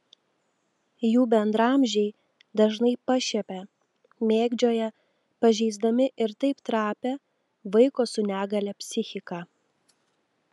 jų bendraamžiai dažnai pašiepia mėgdžioja pažeisdami ir taip trapią vaiko su negalia psichiką